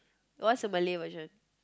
what's the Malay version